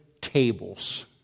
tables